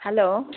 hello